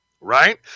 Right